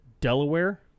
Delaware